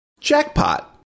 Jackpot